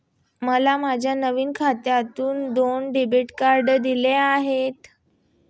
मला माझ्या नवीन खात्यात दोन डेबिट कार्डे दिली आहेत